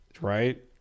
right